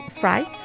fries